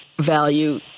value